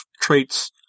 traits